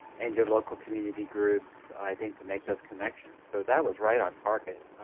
and your local community groups, i think, to make those connections. so that was right on target,